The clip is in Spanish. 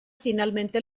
finalmente